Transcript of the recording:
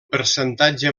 percentatge